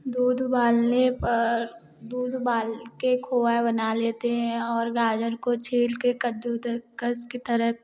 दूध उबालने पर दूध उबाल के खोया बना लेते हैं और गाजर को छील के कद्दूकस की तरह क